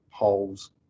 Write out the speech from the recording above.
holes